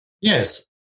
Yes